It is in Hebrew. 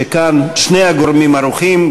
שבה שני הגורמים ערוכים,